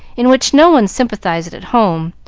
in which no one sympathized at home,